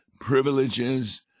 privileges